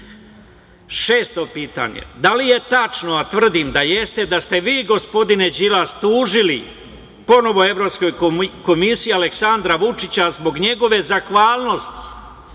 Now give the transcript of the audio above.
Đilas? Šesto pitanje – da li je tačno, a tvrdim da jeste, da ste vi gospodine Đilas tužili ponovo Evropskoj komisiji Aleksandra Vučića zbog njegove zahvalnosti